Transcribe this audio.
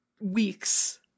weeks